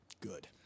Good